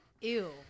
ew